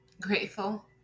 Grateful